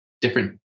different